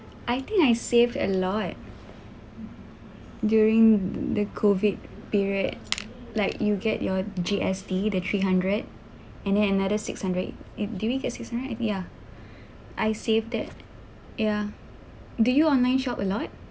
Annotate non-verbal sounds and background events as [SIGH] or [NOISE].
I think I saved a lot during the COVID period like you get your G_S_T the three hundred and then another six hundred e~ do we get six hundred ya [BREATH] I saved that ya do you online shop a lot